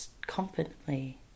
confidently